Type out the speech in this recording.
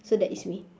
so that is me